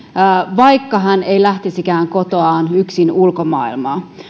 vaikka hän ei lähtisikään kotoaan yksin ulkomaailmaan